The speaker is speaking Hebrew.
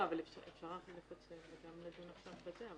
לא, אפשר רק לפצל וגם לדון עכשיו בזה.